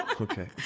Okay